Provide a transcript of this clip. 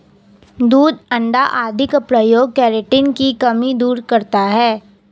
दूध अण्डा आदि का प्रयोग केराटिन की कमी दूर करता है